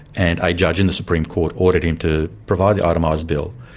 and a judge in the supreme court ordered him to provide the itemised bill.